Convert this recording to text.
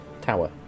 Tower